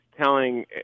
telling